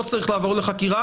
לא צריך לעבור חקירה.